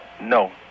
No